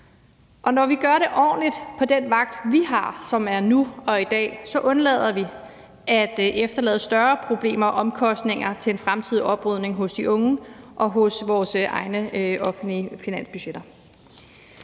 Når vi gør det ordentligt på den vagt, vi har, som er nu og i dag, undlader vi at efterlade større problemer og omkostninger til en fremtidig oprydning hos de unge og i vores egne offentlige finansbudgetter.